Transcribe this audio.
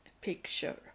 picture